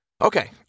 Okay